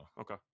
okay